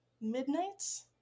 midnights